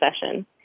session